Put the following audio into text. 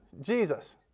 Jesus